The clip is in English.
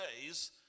days